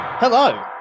Hello